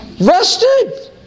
Rested